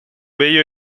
bello